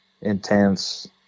intense